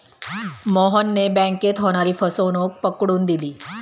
मोहनने बँकेत होणारी फसवणूक पकडून दिली